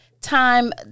Time